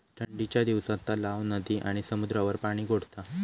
ठंडीच्या दिवसात तलाव, नदी आणि समुद्रावर पाणि गोठता